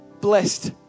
blessed